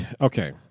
okay